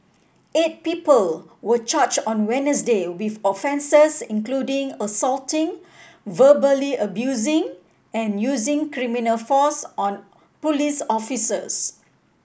eight people were charged on Wednesday with offences including assaulting verbally abusing and using criminal force on police officers